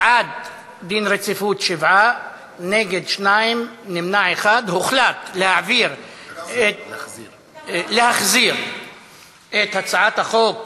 (תיקון מס' 56). הודעת הממשלה על רצונה להחיל דין רציפות על הצעת חוק